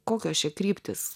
kokios čia kryptys